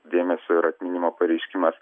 dėmesio ir atminimo pareiškimas